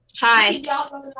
Hi